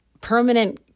permanent